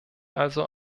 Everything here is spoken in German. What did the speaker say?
also